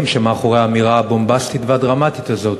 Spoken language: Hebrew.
שמאחורי האמירה הבומבסטית והדרמטית הזאת.